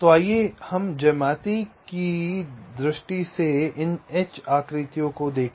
तो आइए हम ज्यामिति की दृष्टि से इन H आकृतियों को देखें